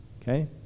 Okay